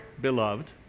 beloved